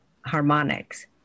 harmonics